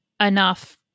enough